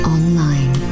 Online